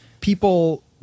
people